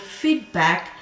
feedback